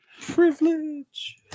Privilege